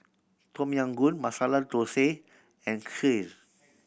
Tom Yam Goong Masala Dosa and Kheer